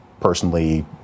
personally